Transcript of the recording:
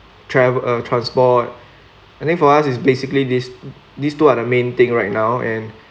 travel uh transport I think for us is basically these these two are the main thing right now and